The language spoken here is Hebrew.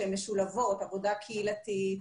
שהן משולבות עבודה קהילתית,